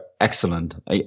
excellent